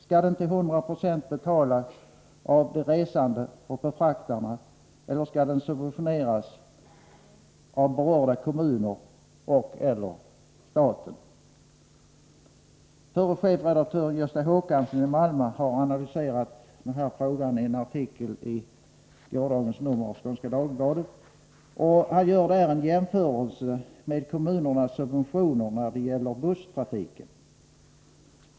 Skall den till 100 90 betalas av de resande och befraktarna eller skall den subventioneras av berörda kommuner och/eller staten? Förre chefredaktören Gösta Håkansson i Malmö har analyserat den här frågan i en artikel i gårdagens nummer av Skånska Dagbladet, och han gör där en jämförelse med kommunernas subventioner när det gäller busstrafiken.